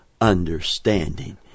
understanding